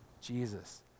jesus